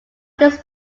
his